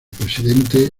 presidente